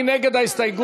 מי נגד ההסתייגות?